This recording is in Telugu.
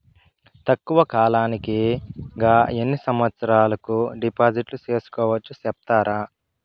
తక్కువ కాలానికి గా ఎన్ని సంవత్సరాల కు డిపాజిట్లు సేసుకోవచ్చు సెప్తారా